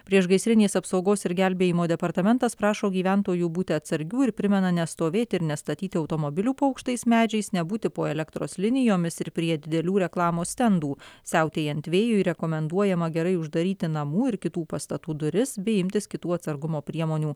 priešgaisrinės apsaugos ir gelbėjimo departamentas prašo gyventojų būti atsargių ir primena nestovėti ir nestatyti automobilių po aukštais medžiais nebūti po elektros linijomis ir prie didelių reklamos stendų siautėjant vėjui rekomenduojama gerai uždaryti namų ir kitų pastatų duris bei imtis kitų atsargumo priemonių